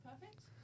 Perfect